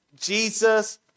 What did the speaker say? Jesus